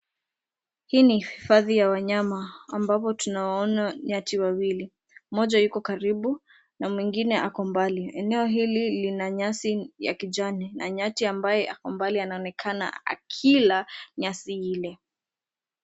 Hii ni hifadhi ya wanyama ambapo tunawaona nyati wawili. Mmoja yuko karibu na mwingine ako mbali. Eneo hili lina nyasi ya kijani na nyati ambaye ako mbali anaonekana akila nyasi ile.